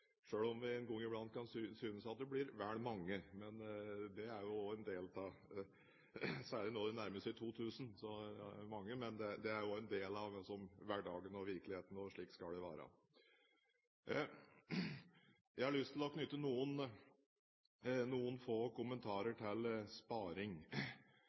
om jeg en gang i blant kan synes at det blir vel mange, særlig når det nærmer seg 2 000. Men det er jo også en del av hverdagen og virkeligheten, og slik skal det være. Jeg har lyst til å knytte noen få